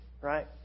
Right